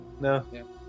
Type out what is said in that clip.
No